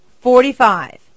Forty-five